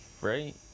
Right